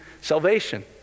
salvation